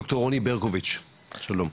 דוקטור רוני ברקוביץ, שלום.